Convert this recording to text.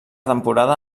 temporada